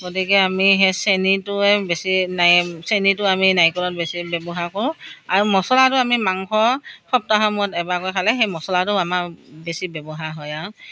গতিকে আমি সেই চেনীটোৱে বেছি চেনিটো আমি নাৰিকলত বেছি ব্যৱহাৰ কৰোঁ আৰু মছলাটো আমি মাংস সপ্তাহৰ মূৰত এবাৰকৈ খালে সেই মছলাটো আমাৰ বেছি ব্যৱহাৰ হয় আৰু